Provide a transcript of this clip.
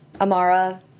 Amara